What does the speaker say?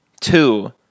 Two